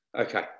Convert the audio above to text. Okay